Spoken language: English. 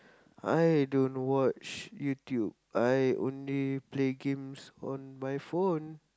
I don't watch YouTube I only play games on my phone